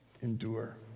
Endure